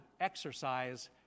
exercise